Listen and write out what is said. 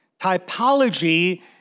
typology